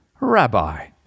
Rabbi